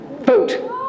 Vote